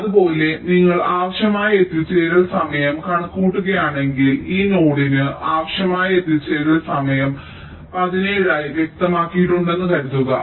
അതുപോലെ നിങ്ങൾ ആവശ്യമായ എത്തിച്ചേരൽ സമയം കണക്കുകൂട്ടുകയാണെങ്കിൽ ഈ നോഡിന് ആവശ്യമായ എത്തിച്ചേരൽ സമയം 17 ആയി വ്യക്തമാക്കിയിട്ടുണ്ടെന്ന് കരുതുക